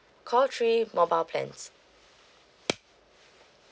call three mobile plans